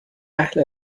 اهل